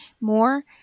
more